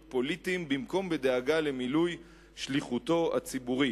פוליטיים במקום בדאגה למילוי שליחותו הציבורית.